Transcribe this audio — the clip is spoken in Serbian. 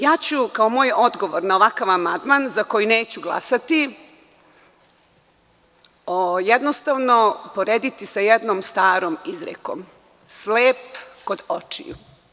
Ja ću kao moj odgovor na ovakav amandman, za koji neću glasati, jednostavno uporediti sa jednom starom izrekom – slep kod očiju.